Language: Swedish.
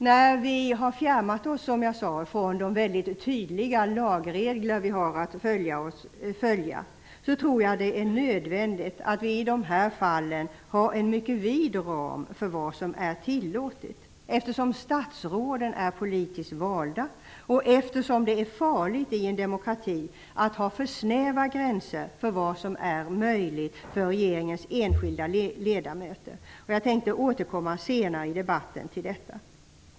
När vi har fjärmat oss, som jag sade, från de väldigt tydliga lagregler som vi har att följa, tror jag att det är nödvändigt att i de här fallen ha en mycket vid ram för vad som är tillåtet, eftersom statsråden är politiskt valda och eftersom det är farligt i en demokrati att ha för snäva gränser för vad som är möjligt för regeringens enskilda ledamöter. Jag tänkte återkomma senare i debatten till detta.